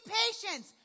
patience